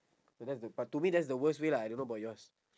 so that's the but to me that's the worst way lah I don't know about yours